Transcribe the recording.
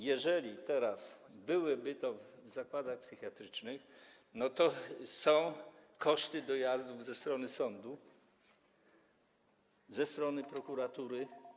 Jeżeli teraz byłoby to w zakładach psychiatrycznych, to są koszty dojazdów ze strony sądu, ze strony prokuratury.